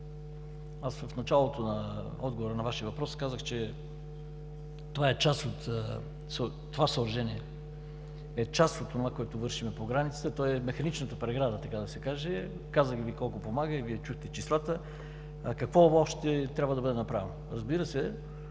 аз в началото на отговора на Вашия въпрос казах, че това съоръжение е част от онова, което вършим по границата. То е механичната преграда, така да се каже. Казах Ви колко помага и Вие чухте числата. Какво още трябва да бъде направено? Разбира се,